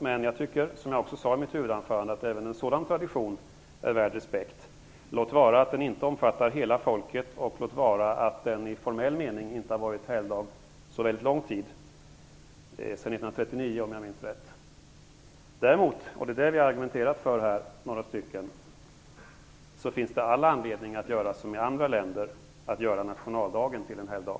Men jag tycker, som jag också sade i mitt huvudanförande, att även en sådan tradition är värd respekt. Låt vara att den inte omfattar hela folket, och låt vara att den i formell mening inte har varit helgdag så länge. Om jag minns rätt är det sedan 1939. Däremot finns det all anledning att göra som i andra länder, nämligen att göra nationaldagen till en helgdag.